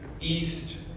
East